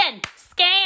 scam